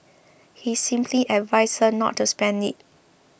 he simply advised her not to spend it